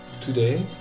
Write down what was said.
Today